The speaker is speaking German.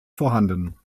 vorhanden